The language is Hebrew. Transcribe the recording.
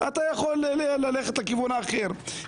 אתה יכול ללכת לכיוון האחר.